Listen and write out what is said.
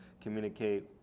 communicate